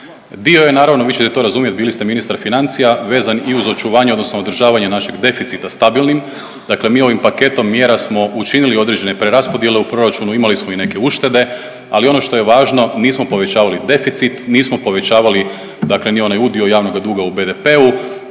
Dio je naravno, vi ćete to razumjet bili ste ministar financija, vezan i uz očuvanje odnosno održavanje našeg deficita stabilnim. Dakle, mi ovim paketom mjera smo učinili određene preraspodjele u proračunu, imali smo i neke uštede, ali ono što je važno nismo povećavali deficit, nismo povećavali ni onaj udio javnoga duga u BDP-u